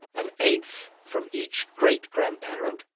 and eight from each great-grandparent,